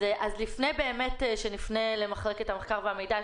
לפני שנפנה למרכז המחקר והמידע,